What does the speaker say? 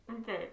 okay